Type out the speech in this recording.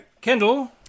Kendall